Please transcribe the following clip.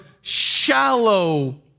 shallow